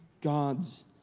God's